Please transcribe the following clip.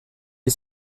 les